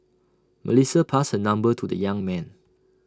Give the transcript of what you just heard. Melissa passed her number to the young man